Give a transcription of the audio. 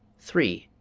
three.